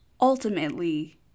ultimately